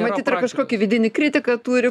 matyt ir kažkokį vidinį kritiką turi